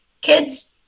Kids